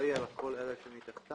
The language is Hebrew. שאחראי על כל אלה שמתחתיו.